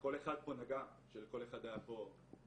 כל אחד פה נגע שלכל אחד היה פה אחד,